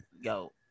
Yo